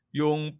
yung